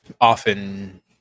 often